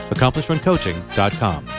AccomplishmentCoaching.com